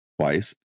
twice